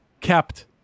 kept